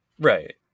right